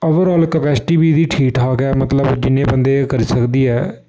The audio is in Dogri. ओवर आल कपैस्टी बी एह्दी ठीक ठाक ऐ मतलब जिन्ने बंदे करी सकदी ऐ